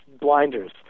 blinders